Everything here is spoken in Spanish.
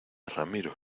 ramiro